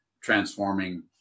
transforming